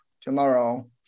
tomorrow